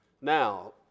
now